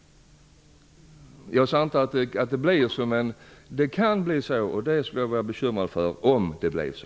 Jag sade inte att det blir så, men det kan bli så. Det skulle bekymra mig om det blev så.